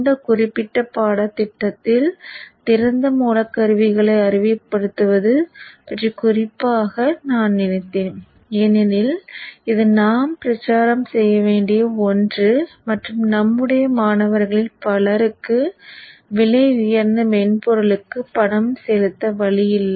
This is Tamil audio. இந்த குறிப்பிட்ட பாடத்திட்டத்தில் திறந்த மூல கருவிகளை அறிமுகப்படுத்துவது பற்றி குறிப்பாக நான் நினைத்தேன் ஏனெனில் இது நாம் பிரச்சாரம் செய்ய வேண்டிய ஒன்று மற்றும் நம்முடைய மாணவர்களில் பலருக்கு விலையுயர்ந்த மென்பொருளுக்கு பணம் செலுத்த வழி இல்லை